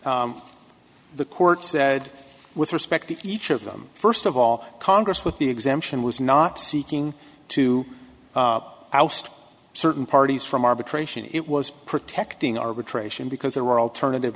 the court said with respect to each of them first of all congress with the exemption was not seeking to oust certain parties from arbitration it was protecting arbitration because there were alternative